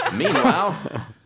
Meanwhile